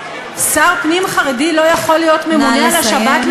שר פנים חרדי לא יכול להיות ממונה על השבת,